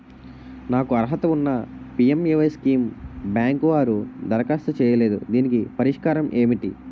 నాకు అర్హత ఉన్నా పి.ఎం.ఎ.వై స్కీమ్ బ్యాంకు వారు దరఖాస్తు చేయలేదు దీనికి పరిష్కారం ఏమిటి?